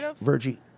Virgie